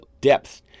depth